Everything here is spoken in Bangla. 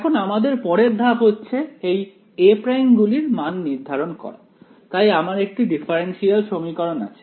এখন আমাদের পরের ধাপ হচ্ছে এই a' গুলির মান নির্ধারণ করা তাই আমার একটি ডিফারেনশিয়াল সমীকরণ আছে